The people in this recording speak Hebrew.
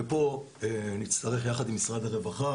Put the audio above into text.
ופה נצטרך לעבוד ביחד עם משרד הרווחה,